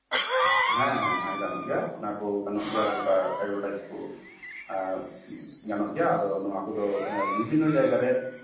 ᱦᱮᱸ ᱦᱮᱸ ᱜᱟᱱᱚᱜ ᱜᱮᱭᱟ ᱚᱱᱟ ᱠᱚ ᱜᱟᱱᱚᱜ ᱜᱮᱭᱟ ᱚᱱᱠᱟ ᱮᱰᱵᱷᱮᱴᱟᱪ ᱠᱚ ᱮᱸᱜ ᱜᱟᱱᱚᱜ ᱜᱮᱭᱟ ᱱᱚᱣᱟ ᱠᱚᱫᱚ ᱟᱫᱚ ᱵᱤᱵᱷᱤᱱᱱᱚ ᱡᱟᱭᱜᱟ ᱨᱮ